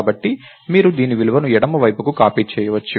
కాబట్టి మీరు దీని విలువను ఎడమ వైపుకు కాపీ చేయవచ్చు